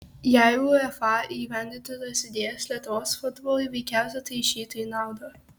jei uefa įgyvendintų tas idėjas lietuvos futbolui veikiausia tai išeitų į naudą